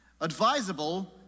advisable